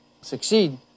succeed